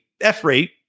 F-rate